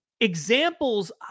examples